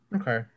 Okay